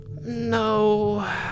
No